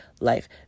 life